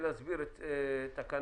לתקן את התקנות